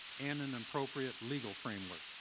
and an appropriate legal framework.